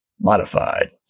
modified